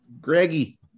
Greggy